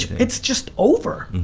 it's just over,